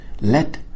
Let